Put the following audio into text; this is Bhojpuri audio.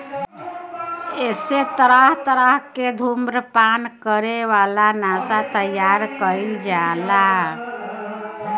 एसे तरह तरह के धुम्रपान करे वाला नशा तइयार कईल जाला